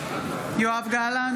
(קוראת בשמות חברי הכנסת) יואב גלנט,